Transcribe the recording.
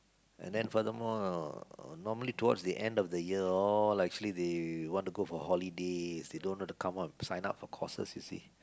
and then furthermore uh normally towards the end of the year all actually they want to go for holidays they don't want to come out sign up for courses you see